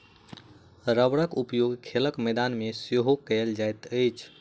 रबड़क उपयोग खेलक मैदान मे सेहो कयल जाइत अछि